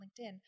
LinkedIn